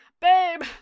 Babe